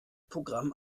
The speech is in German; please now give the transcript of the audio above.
programm